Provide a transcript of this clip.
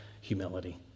humility